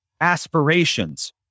aspirations